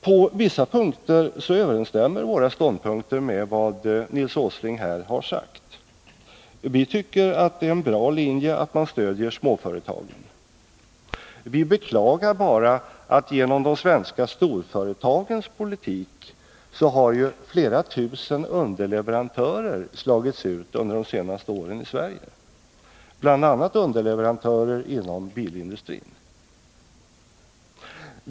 På vissa punkter överensstämmer våra synpunkter med vad Nils Åsling här har sagt. Vi tycker att det är en bra linje att man stöder småföretagen. Vi beklagar bara att genom de svenska storföretagens politik har flera tusen underleverantörer i Sverige slagits ut under de senaste åren, bl.a. underleverantörer inom bilindustrin.